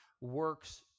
works